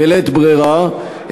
בלית ברירה,